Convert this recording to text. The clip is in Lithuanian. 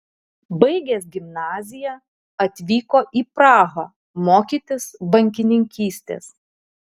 baigęs gimnaziją atvyko į prahą mokytis bankininkystės